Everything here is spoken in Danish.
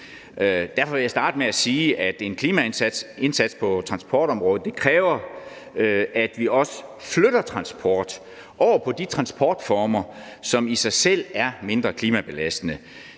Derfor vil jeg starte med at sige, at en klimaindsats på transportområdet også kræver, at vi flytter transport over på de transportformer, som i sig selv er mindre klimabelastende.